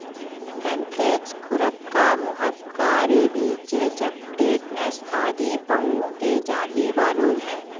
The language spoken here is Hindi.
एंथ्रेक्स, खुरपका, मुहपका, रेबीज, चेचक, टेटनस आदि पहुओं के जानलेवा रोग हैं